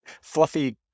fluffy